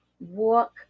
walk